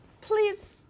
please